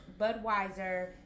Budweiser